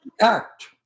act